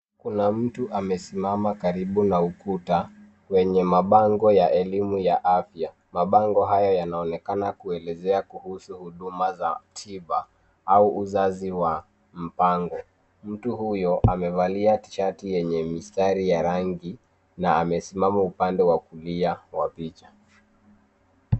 Kuna mtu amesimama karibu na ukuta wenye mabango ya elimu ya afya. Mabango haya yanaonekana kuelezea kuhusu huduma za tiba au uzazi wa mpango. Mtu huyo amevalia tishati yenye mistari ya rangi na amesimama upande wa kulia wa picha.